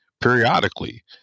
periodically